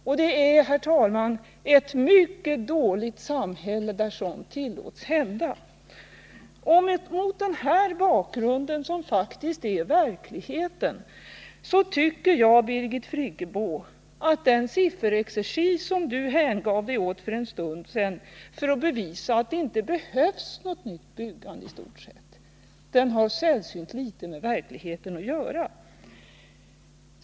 Ett samhälle där sådant tillåts hända är sannerligen mycket dåligt. Mot denna bakgrund tycker jag att den sifferexercis som Birgit Friggebo för en stund sedan hängav sig åt för att bevisa att vi i stort sett inte behöver något utökat bostadsbyggande har sällsynt litet med verkligheten att göra.